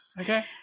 Okay